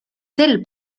sel